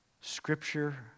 Scripture